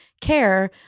care